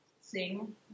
sing